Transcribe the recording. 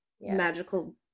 magical